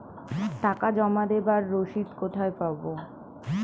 টাকা জমা দেবার রসিদ কোথায় পাব?